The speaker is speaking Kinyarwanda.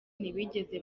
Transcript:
ntibigeze